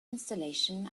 installation